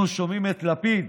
אנחנו שומעים את לפיד,